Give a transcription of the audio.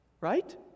Right